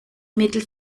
mittel